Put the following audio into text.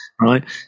Right